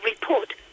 report